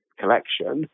collection